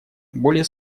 более